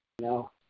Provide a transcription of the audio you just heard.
No